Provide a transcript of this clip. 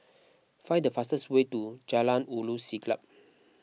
find the fastest way to Jalan Ulu Siglap